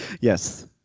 Yes